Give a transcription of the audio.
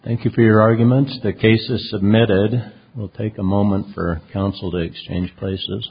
thank you for your arguments the cases submitted will take a moment for counsel to exchange places